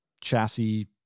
chassis